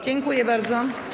Dziękuję bardzo.